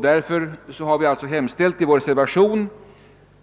Därför har vi i vår reservation hemställt